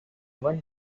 one